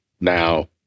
Now